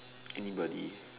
anybody